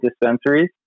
dispensaries